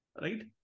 right